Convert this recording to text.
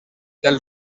del